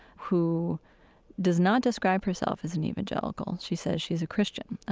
who does not describe herself as an evangelical. she says she's a christian,